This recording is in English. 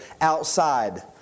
outside